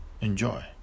enjoy